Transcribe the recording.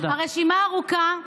הרשימה ארוכה,